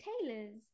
tailors